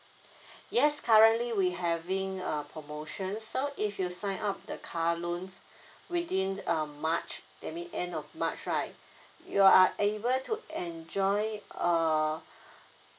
yes currently we having a promotion so if you sign up the car loans within uh march that mean end of march right you are able to enjoy uh